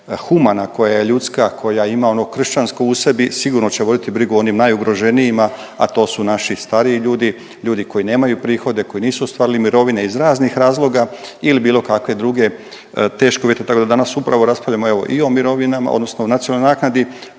humana, koja je ljudska, koja ima ono kršćansko u sebi, sigurno će voditi brigu o onim najugroženijima, a to su naši stariji ljudi, ljudi koji nemaju prihode, koji nisu ostvarili mirovine iz raznih razloga ili bilo kakve druge teške uvjete, tako da danas upravo raspravljamo, evo i o mirovinama, odnosno nacionalnoj naknadi,